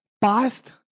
Past